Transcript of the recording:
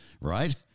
right